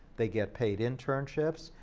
they get paid internships,